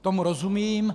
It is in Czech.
Tomu rozumím.